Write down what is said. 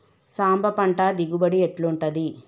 సాంబ పంట దిగుబడి ఎట్లుంటది?